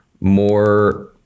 more